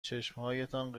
چشمهایتان